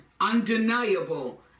undeniable